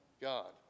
God